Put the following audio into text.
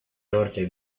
norte